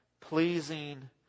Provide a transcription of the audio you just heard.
pleasing